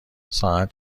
ساعت